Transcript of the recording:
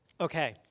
Okay